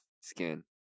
skin